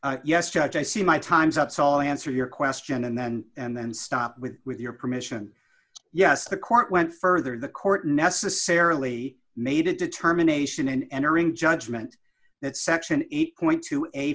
section yes judge i see my time's up saw answer your question and then and then stop with with your permission yes the court went further the court necessarily made a determination in entering judgment that section eight point two a